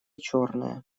черная